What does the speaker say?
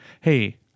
hey